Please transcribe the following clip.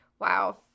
wow